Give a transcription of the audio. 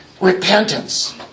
repentance